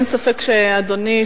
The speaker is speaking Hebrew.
אין ספק שאדוני,